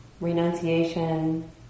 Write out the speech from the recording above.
renunciation